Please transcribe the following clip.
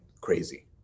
crazy